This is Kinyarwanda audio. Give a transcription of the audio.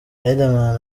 riderman